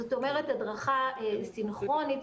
זאת אומרת הדרכה סינכרונית,